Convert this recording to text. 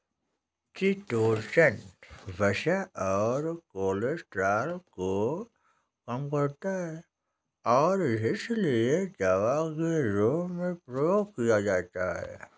chitosan वसा और cholesterol को कम करता है और इसीलिए दवा के रूप में प्रयोग किया जाता है